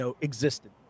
existed